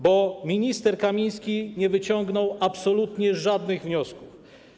Bo minister Kamiński nie wyciągnął absolutnie żadnych wniosków.